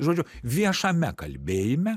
žodžiu viešame kalbėjime